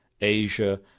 Asia